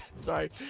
Sorry